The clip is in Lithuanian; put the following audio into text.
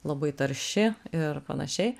labai tarši ir panašiai